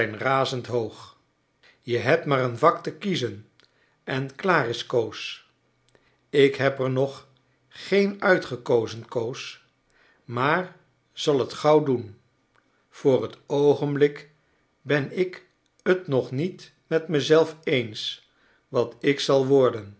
razend hoog je hebt maar een vak te kiezen en klaar is koos ik heb er nog geen uitgekozen koos maar zal t gauw doen voor t oogenblik ben ik t nog ni et met me z elf e ens wat ik zal worden